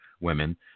women